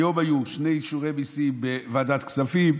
היום היו שני אישורי מיסים בוועדת כספים.